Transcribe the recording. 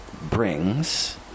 brings